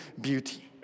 beauty